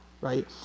right